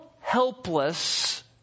helpless